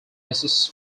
mrs